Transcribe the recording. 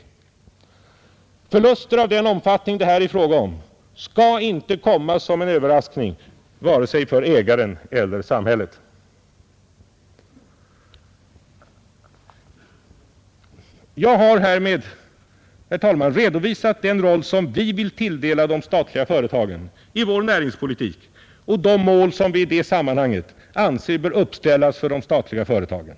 Förluster av den omfattning det här är fråga om skall inte komma som en överraskning vare sig för ägaren eller för samhället. Jag har härmed, herr talman, redovisat den roll som vi vill tilldela de Nr 53 statliga företagen i vår näringspolitik och de mål som vi i det Tisdagen den sammanhanget anser bör uppställas för de statliga företagen.